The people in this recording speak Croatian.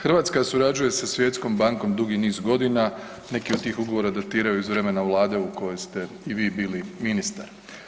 Hrvatska surađuje sa Svjetskom bankom dugi niz godina, neki od tih ugovora datiraju iz vremena vlade u kojoj ste i vi bili ministar.